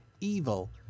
Evil